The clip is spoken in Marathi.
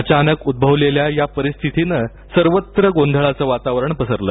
अचानक उद्ववलेल्या या परिस्थितीनं सर्वत्र गोंधळाचं वातावरण पसरलं